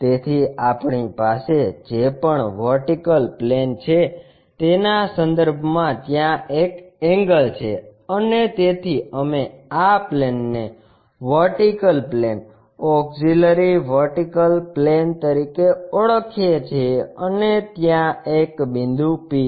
તેથી આપણી પાસે જે પણ વર્ટિકલ પ્લેન છે તેના સંદર્ભમાં ત્યાં એક એંગલ છે અને તેથી અમે આ પ્લેનને vertical plane auxiliary vertical plane તરીકે ઓળખીએ છીએ અને ત્યાં એક બિંદુ P છે